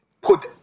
put